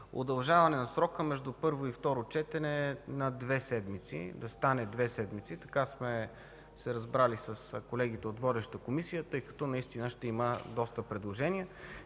удължаване на срока между първо и второ четене на две седмици – да стане две седмици, така сме се разбрали с колегите от водещата Комисия, тъй като наистина ще има доста предложения.